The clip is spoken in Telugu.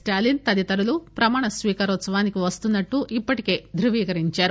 స్టాలిస్ తదితరులు ప్రమాణ స్వీకారోత్సవానికి వస్తున్నట్లు ఇప్పటికే ధ్రువీకరించారు